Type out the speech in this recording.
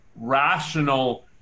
rational